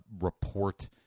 report